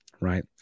right